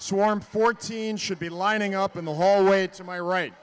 arm fourteen should be lining up in the hallway to my right